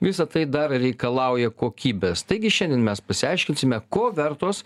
visa tai dar reikalauja kokybės taigi šiandien mes pasiaiškinsime ko vertos